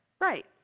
right